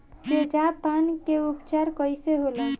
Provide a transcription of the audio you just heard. तेजाब पान के उपचार कईसे होला?